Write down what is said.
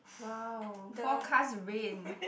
!wow! forecast rain